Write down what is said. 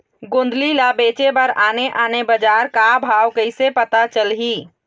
गोंदली ला बेचे बर आने आने बजार का भाव कइसे पता चलही?